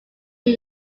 new